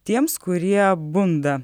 tiems kurie bunda